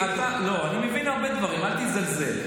לא, אני מבין בהרבה דברים, אל תזלזל.